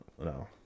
No